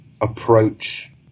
approach